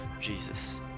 Jesus